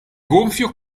gonfio